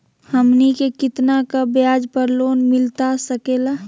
हमनी के कितना का ब्याज पर लोन मिलता सकेला?